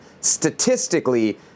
statistically